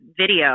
video